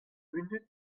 munut